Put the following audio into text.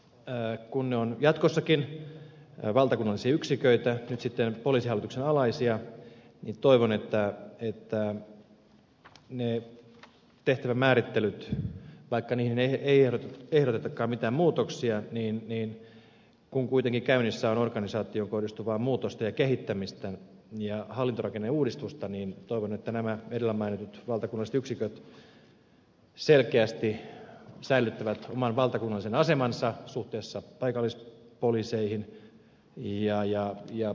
kun ne ovat jatkossakin valtakunnallisia yksiköitä nyt sitten poliisihallituksen alaisia toivon että tehtävien määrittelyn myötä vaikka niihin ei ehdotetakaan mitään muutoksia mutta kun kuitenkin käynnissä on organisaatioon kohdistuvaa muutosta ja kehittämistä ja hallintorakenneuudistusta nämä edellä mainitut valtakunnalliset yksiköt selkeästi säilyttävät oman valtakunnallisen asemansa suhteessa paikallispoliiseihin ja ajaa ja